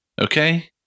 okay